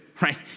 right